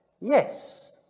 Yes